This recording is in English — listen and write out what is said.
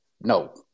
No